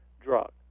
drug